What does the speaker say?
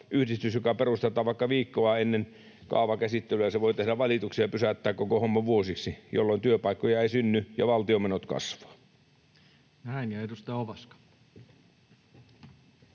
yhdistys, joka perustetaan vaikka viikkoa ennen kaavakäsittelyä, voi tehdä valituksen ja pysäyttää koko homman vuosiksi, jolloin työpaikkoja ei synny ja valtion menot kasvavat.